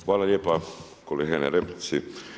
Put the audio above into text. Hvala lijepa kolega na replici.